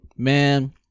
man